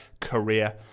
career